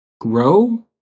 grow